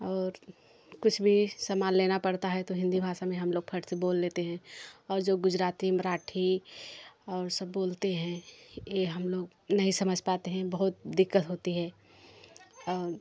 और कुछ भी आमान लेना पड़ता है तो हिंदी भाषा में हम लोग फट से बोल लेते हैं और जो गुजराती मराठी और सब बोलते हैं ये हम लोग नहीं समझ पाते हैं बहुत दिक्कत होती है और